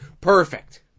Perfect